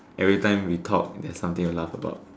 every time we talk there's something to laugh about